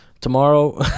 tomorrow